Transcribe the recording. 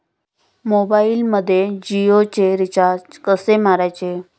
मोबाइलमध्ये जियोचे रिचार्ज कसे मारायचे?